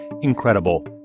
incredible